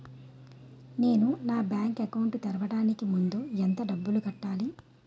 నేను నా bank account తెరవడానికి ముందు ఎంత డబ్బులు కట్టాలి?